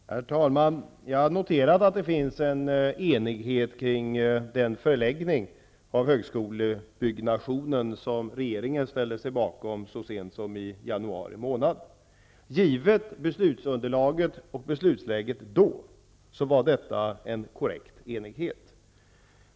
Herr talman! Jag noterade att det finns en enighet kring den förläggning av högskolebyggnationen som regeringen ställde sig bakom så sent som i januari månad. I och med att beslutsunderlaget och beslutsläget då var givna var detta en korrekt enighet.